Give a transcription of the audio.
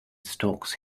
storks